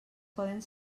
poden